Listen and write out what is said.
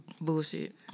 Bullshit